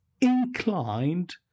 inclined